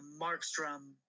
Markstrom